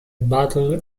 battle